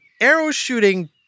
arrow-shooting